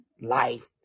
life